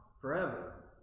forever